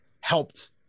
helped